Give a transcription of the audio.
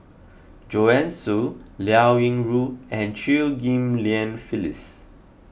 Joanne Soo Liao Yingru and Chew Ghim Lian Phyllis